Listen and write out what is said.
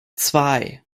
zwei